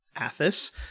Athos